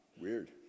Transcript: weird